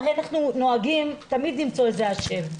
הרי אנחנו נוהגים תמיד למצוא אשם.